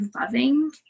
loving